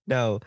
Now